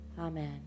Amen